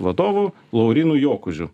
vadovu laurynu jokužiu